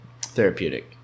therapeutic